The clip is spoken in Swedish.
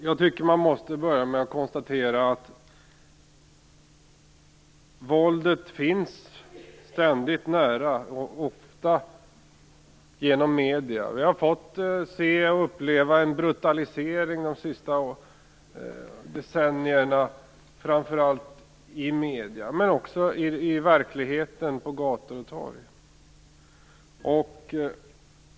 Jag tycker att man måste börja med att konstatera att våldet ständigt finns nära, ofta genom medierna. Vi har fått se och uppleva en brutalisering de senaste decennierna, framför allt i medierna men också i verkligheten, på gator och torg.